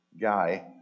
guy